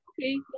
okay